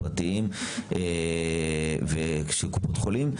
פרטיים ושל קופות החולים.